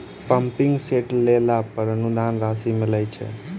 Pumping set लेला पर अनुदान राशि मिलय छैय?